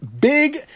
Big